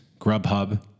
Grubhub